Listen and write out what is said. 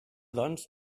doncs